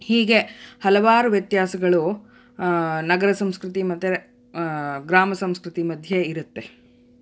ಹೀಗೆ ಹಲವಾರು ವ್ಯತ್ಯಾಸಗಳು ನಗರ ಸಂಸ್ಕೃತಿ ಮತ್ತು ಗ್ರಾಮ ಸಂಸ್ಕೃತಿ ಮಧ್ಯೆ ಇರುತ್ತೆ